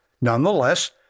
Nonetheless